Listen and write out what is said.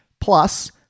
Plus